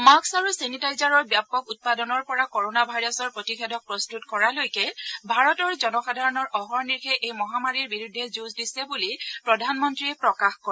mask আৰু ছেনিটাইজাৰৰ ব্যাপক উৎপাদনৰ পৰা কৰনা ভাইৰাছৰ প্ৰতিষেধক প্ৰস্তুত কৰালৈকে ভাৰতৰ জনসাধাৰণৰ অহৰ্নিশে এই মহামাৰীৰ বিৰুদ্ধে যুঁজ দিছে বুলি প্ৰধানমন্ত্ৰীয়ে প্ৰকাশ কৰে